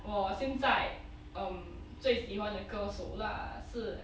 我现在 um 最喜欢的歌手 lah 是